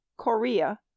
Korea